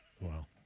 Wow